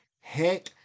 heck